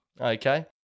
Okay